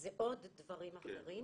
זה עוד דברים אחרים